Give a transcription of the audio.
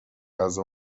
غذا